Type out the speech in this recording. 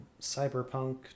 Cyberpunk